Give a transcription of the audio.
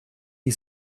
die